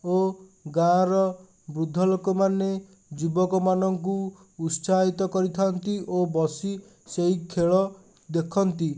ଓ ଗାଁ'ର ବୃଦ୍ଧ ଲୋକମାନେ ଯୁବକମାନଙ୍କୁ ଉତ୍ସାହିତ କରିଥାନ୍ତି ଓ ବସି ସେଇ ଖେଳ ଦେଖନ୍ତି